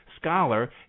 scholar